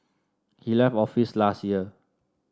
he left office last year